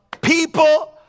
people